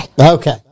Okay